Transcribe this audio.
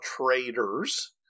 traders